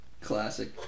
Classic